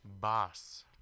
boss